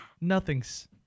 nothing's